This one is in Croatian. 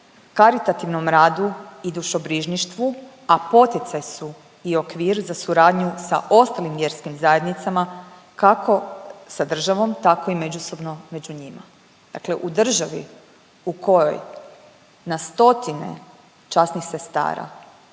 karitativnom radu i dušebrižništvu, a poticaj su i okvir za suradnju sa ostalim vjerskim zajednicama kako sa državom tako i međusobno među njima. Dakle u državi u kojoj na stotine časnih sestara